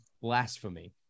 blasphemy